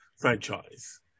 franchise